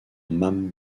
mame